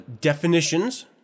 definitions